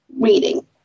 reading